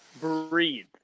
breathe